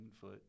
foot